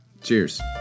cheers